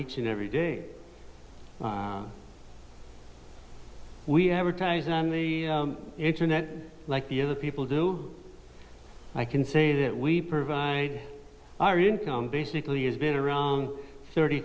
each and every day we advertise on the internet like the other people do i can say that we provide our income basically has been around thirty